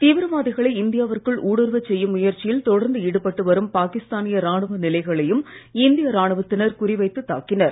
தீவிரவாதிகளை இந்தியாவிற்குள் ஊடுவச் செய்யும் முயற்சியில் தொடர்ந்து ஈடுபட்டு வரும் பாகிஸ்தானிய ராணுவ நிலைகளையும் இந்திய ராணுவத்தினர் குறி வைத்துத் தாக்கினர்